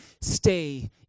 stay